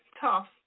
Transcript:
Tough